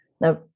Now